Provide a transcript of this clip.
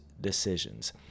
decisions